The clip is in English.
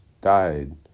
died